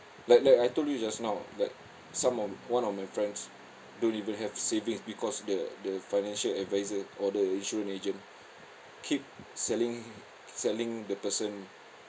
like like I told you just now like some of one of my friends don't even have savings because the the financial advisor or the insurance agent keep selling selling the person